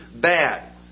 bad